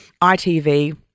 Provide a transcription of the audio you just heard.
ITV